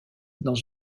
dans